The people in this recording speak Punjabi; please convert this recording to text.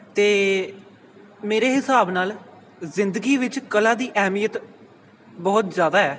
ਅਤੇ ਮੇਰੇ ਹਿਸਾਬ ਨਾਲ ਜ਼ਿੰਦਗੀ ਵਿੱਚ ਕਲਾ ਦੀ ਅਹਿਮੀਅਤ ਬਹੁਤ ਜ਼ਿਆਦਾ ਹੈ